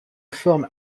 forme